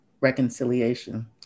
reconciliation